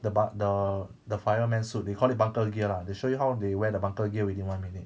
the bunk the the fireman suit they call it bunker gear lah they show you how they wear the bunker gear within one minute